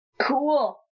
Cool